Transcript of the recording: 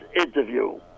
interview